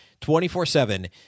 24-7